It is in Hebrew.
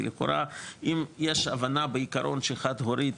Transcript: כי לכאורה אם יש הבנה בעיקרון שחד הורית